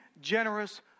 generous